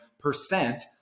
percent